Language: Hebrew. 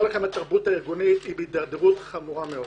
לכם שהתרבות הארגונית בהידרדרות חמורה מאוד.